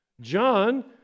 John